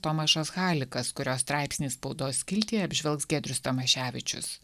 tomašas halikas kurio straipsnį spaudos skiltyje apžvelgs giedrius tamaševičius